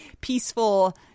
peaceful